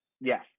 Yes